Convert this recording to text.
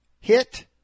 hit